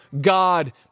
God